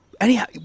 Anyhow